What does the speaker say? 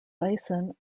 bison